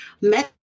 met